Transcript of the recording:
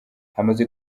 hamaze